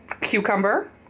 cucumber